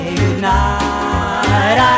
goodnight